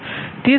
તે સમાન છે